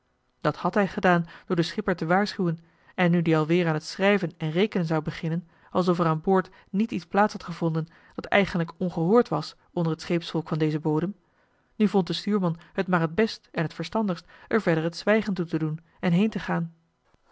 dat had hij gedaan door den schipper te waarschuwen en nu die alweer aan t schrijven en rekenen zou beginnen alsof er aan boord niet iets plaats had gevonden dat eigenlijk ongehoord was onder het scheepsvolk van dezen bodem nu vond de stuurman het maar het best en t verstandigst er verder het zwijgen toe te doen en heen te gaan